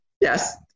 yes